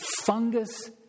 fungus